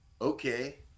okay